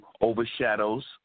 overshadows